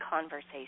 conversation